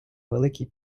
великий